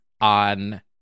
on